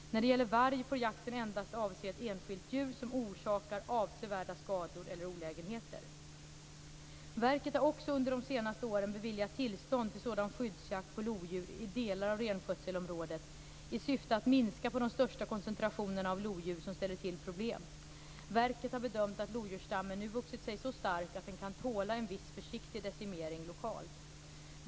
När det gäller varg får jakten endast avse ett enskilt djur som orsakar avsevärda skador eller olägenheter. Verket har också under de senaste åren beviljat tillstånd till sådan skyddsjakt på lodjur i delar av renskötselområdet i syfte att minska de största koncentrationerna av lodjur som ställer till problem. Verket har bedömt att lodjursstammen nu vuxit sig så stark att den kan tåla en viss försiktig decimering lokalt.